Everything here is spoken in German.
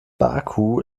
baku